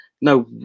no